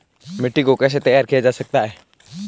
मिट्टी को कैसे तैयार किया जाता है?